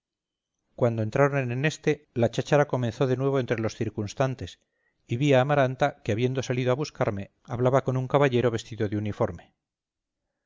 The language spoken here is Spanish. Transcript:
cuando entraron en éste la cháchara comenzó de nuevo entre los circunstantes y vi a amaranta que habiendo salido a buscarme hablaba con un caballero vestido de uniforme